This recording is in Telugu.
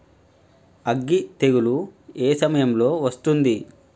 అగ్గి తెగులు ఏ సమయం లో వస్తుంది?